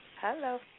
Hello